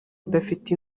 udafite